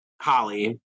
Holly